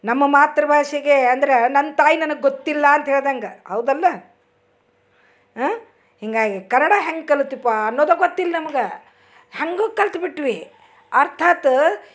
ನಮ್ಮ ಮಾತೃಭಾಷೆಗೆ ಅಂದ್ರೆ ನನ್ನ ತಾಯಿ ನನಗೆ ಗೊತ್ತಿಲ್ಲ ಅಂತ ಹೇಳ್ದಂಗೆ ಹೌದಲ್ಲ ಹಾಂ ಹೀಗಾಗಿ ಕನ್ನಡ ಹೆಂಗೆ ಕಲಿತ್ವಪ್ಪ ಅನ್ನೋದು ಗೊತ್ತಿಲ್ಲ ನಮ್ಗೆ ಹೇಗೋ ಕಲಿತ್ಬಿಟ್ವಿ ಅರ್ಥಾತ್